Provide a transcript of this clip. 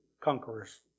conquerors